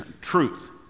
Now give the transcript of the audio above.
truth